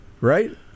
Right